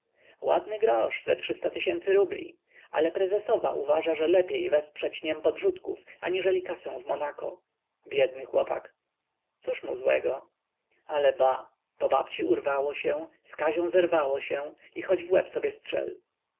ładny grosz ze tysięcy rubli ale prezesowa uważa że lepiej wesprzeć niem podrzutków aniżeli kasę w monaco biedny chłopak cóż mu złego ale ba po babci urwało się z kazią zerwało się i choć w łeb sobie strzel